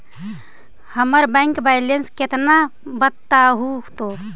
हमर bank balance केतना है बताहु तो?